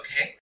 Okay